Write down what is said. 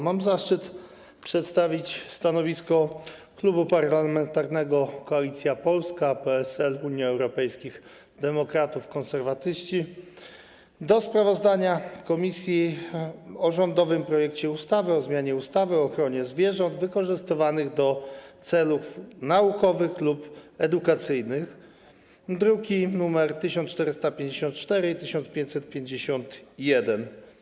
Mam zaszczyt przedstawić stanowisko Klubu Parlamentarnego Koalicja Polska - PSL, Unia Europejskich Demokratów, Konserwatyści w sprawie sprawozdania komisji o rządowym projekcie ustawy o zmianie ustawy o ochronie zwierząt wykorzystywanych do celów naukowych lub edukacyjnych, druki nr 1454 i 1551.